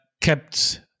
kept